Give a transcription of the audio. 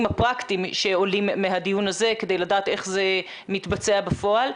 הפרקטיים שעולים מהדיון הזה כדי לדעת איך זה מתבצע בפועל.